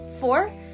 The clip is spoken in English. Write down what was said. Four